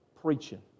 Preaching